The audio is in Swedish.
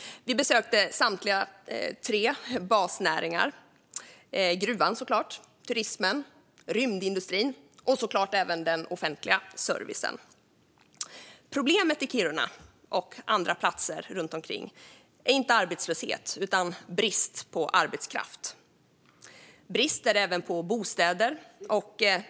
Vi besökte samtliga tre basnäringar - gruvan såklart, turismen och rymdindustrin - och såklart även den offentliga servicen. Problemet i Kiruna och på andra platser runt omkring är inte arbetslöshet utan brist på arbetskraft. Brist är det även på bostäder.